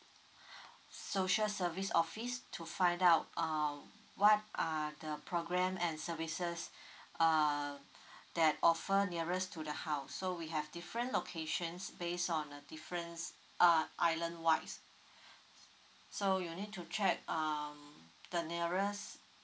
social service office to find out err what are the program and services err that offer nearest to the house so we have different locations base on a difference uh island wide so you need to check um the nearest